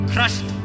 Crushed